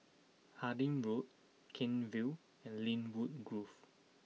Harding Road Kent Vale and Lynwood Grove